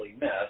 miss